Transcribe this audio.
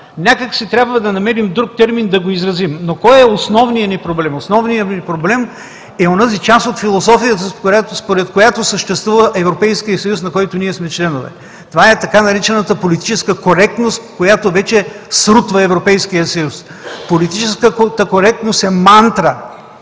някак си трябва да намерим друг термин да го изразим. Кой е основният ни проблем? Основният ни проблем е онази част от философията, според която съществува Европейският съюз, на който ние сме членове. Това е така наречената „политическа коректност“, която вече срутва Европейския съюз. Политическата коректност е мантра.